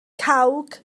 cawg